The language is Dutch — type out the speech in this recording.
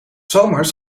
zomers